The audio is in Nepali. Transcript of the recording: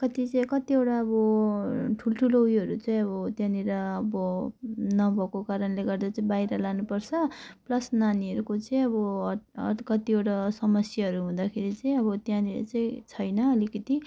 कति चाहिँ कतिवटा अब ठुल्ठुलो उयोहरू चाहिँ अब त्यहाँनेर अब नभएको कराणले गर्दा चाहिँ बाहिर लानु पर्छ प्लस नानीहरूको चाहिँ अब कतिवटा समस्याहरू हुँदाखेरि चाहिँ अब त्यहाँनेर चाहिँ छैन अलिकति